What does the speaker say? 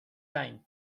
time